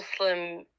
Muslim